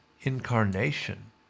incarnation